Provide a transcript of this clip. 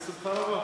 בשמחה רבה.